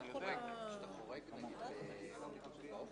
שיקבלו באופן הוגן את מה שמגיע להם על כך שהם נתנו את ההלוואות.